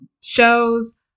shows